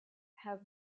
have